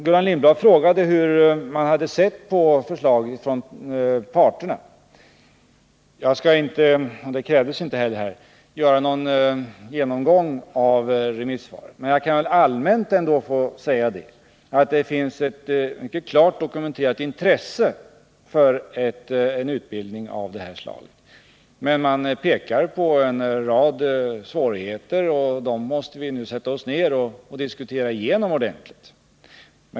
Gullan Lindblad frågade hur parterna har sett på förslaget. Jag skall inte gå igenom remissvaren, det har ju inte heller krävts, men allmänt kan jag säga att det finns ett mycket klart dokumenterat intresse för en utbildning av det här slaget. Man pekar dock på en rad svårigheter, och dessa måste vi nu sätta oss ned och diskutera igenom ordentligt.